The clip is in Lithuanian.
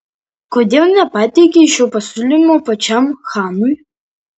kodėl nepateikei šio pasiūlymo pačiam chanui